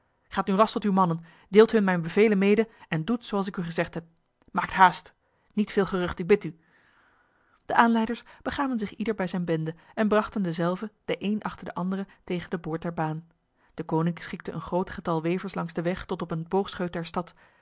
gaat nu ras tot uw mannen deelt hun mijn bevelen mede en doet zo als ik u gezegd heb maakt spoed niet veel gerucht ik bid u de aanleiders begaven zich ieder bij zijn bende en brachten dezelve de een achter de andere tegen de boord der baan deconinck schikte een groot getal wevers langs de weg tot op een boogscheut der stad